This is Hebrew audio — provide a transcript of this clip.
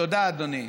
תודה, אדוני.